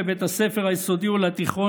לבית הספר היסודי או לתיכון,